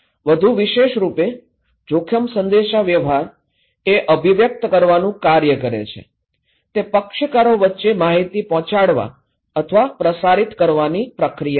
વધુ વિશેષરૂપે જોખમ સંદેશાવ્યવહાર એ અભિવ્યક્ત કરવાનું કાર્ય કરે છે તે પક્ષકારો વચ્ચે માહિતી પહોંચાડવા અથવા પ્રસારિત કરવાની ક્રિયા છે